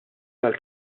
għal